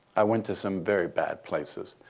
i went to some very bad places.